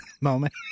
moment